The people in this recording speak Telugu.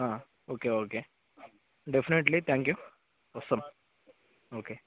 okay okay definitely thank you వస్తాము ఓకే